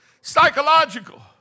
Psychological